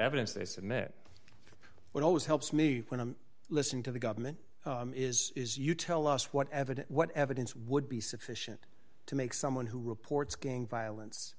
evidence they submit it always helps me when i'm listening to the government is is you tell us what evidence what evidence would be sufficient to make someone who reports gang violence